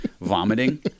vomiting